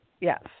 Yes